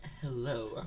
Hello